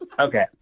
Okay